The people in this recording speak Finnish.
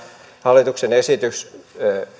hallituksen esitys saattaa